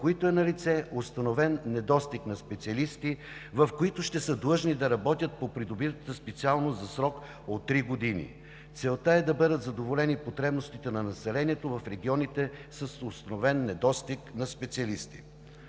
които е установен недостиг на специалисти, в които ще са длъжни да работят по придобитата специалност за срок от три години. Целта е да бъдат задоволени потребностите на населението в регионите с установен недостиг на специалисти.